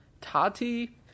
Tati